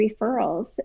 referrals